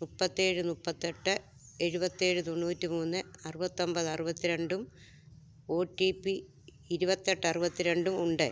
മുപ്പത്തി ഏഴ് മുപ്പത്തി എട്ട് എഴുപത്തി ഏഴ് തൊണ്ണൂറ്റി മൂന്ന് അറുപത്തി ഒമ്പത് അറുപത്തി രണ്ടും ഓ റ്റീ പ്പി ഇരുപത്തി എട്ട് അറുപത്തി രണ്ടും ഉണ്ട്